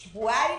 שבועיים.